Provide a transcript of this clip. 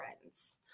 friends